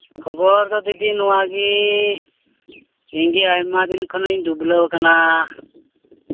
ᱠᱷᱚᱵᱚᱨ ᱫᱚ ᱫᱤᱫᱤ ᱱᱚᱣᱟ ᱜᱮ ᱤᱧ ᱜᱮ ᱟᱭᱢᱟ ᱫᱤᱱ ᱠᱷᱚᱱᱤᱧ ᱰᱩᱵᱽᱞᱟᱹᱣ ᱠᱟᱱᱟ